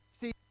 See